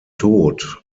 tod